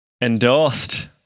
Endorsed